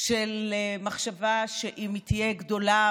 של מחשבה שאם היא תהיה גדולה,